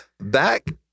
back